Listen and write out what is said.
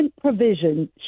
provision